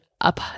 up